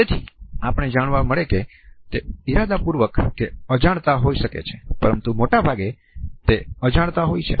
તેથી આપણને જાણવા મળે છે કે તે ઇરાદાપૂર્વક કે અજાણતાં હોય શકે છે પરંતુ મોટાભાગે તે અજાણતાં હોય છે